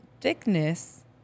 thickness